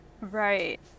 Right